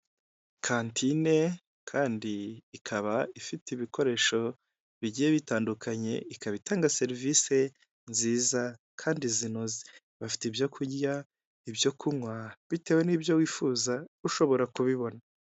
Kantine kandi ikaba ifite ibikoresho bigiye bitandukanye ikaba itanga serivise nziza kandi zinoze, bafite ibyo kurya, ibyo kunywa bitewe nibyo wifuza ushobora kubibona.